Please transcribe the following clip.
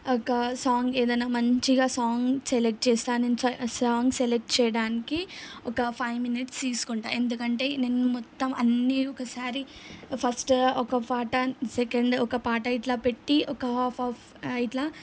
ఒక సాంగ్ ఏదైనా మంచిగా సాంగ్ సెలెక్ట్ చేస్తాను నేను సాంగ్ సెలెక్ట్ చేయడానికి ఒక ఫైవ్ మినిట్స్ తీసుకుంటాను ఎందుకంటే నేను మొత్తం అన్ని ఒకసారి ఫస్ట్ ఒక పాట సెకండ్ ఒక పాట ఇట్లా పెట్టి ఒక హాఫ్ హాఫ్ ఇట్లా